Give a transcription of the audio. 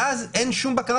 ואז אין שום בקרה,